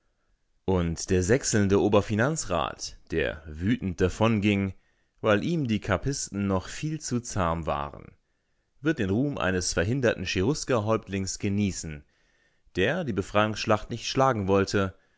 und der sächselnde oberfinanzrat der wütend davonging weil ihm die kappisten noch viel zu zahm waren wird den ruhm eines verhinderten cheruskerhäuptlings genießen der die befreiungsschlacht nicht schlagen wollte